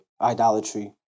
idolatry